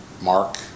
Mark